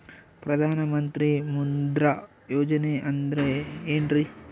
ಪ್ರಧಾನ ಮಂತ್ರಿ ಮುದ್ರಾ ಯೋಜನೆ ಅಂದ್ರೆ ಏನ್ರಿ?